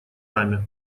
раме